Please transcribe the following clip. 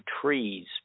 trees